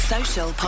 Social